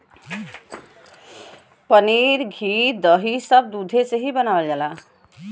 पनीर घी दही सब दुधे से ही बनावल जाला